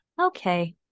Okay